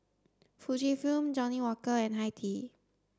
Fujifilm Johnnie Walker and Hi Tea